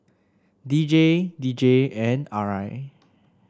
D J D J and R I